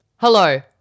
Hello